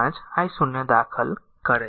5 i 0 દાખલ કરે છે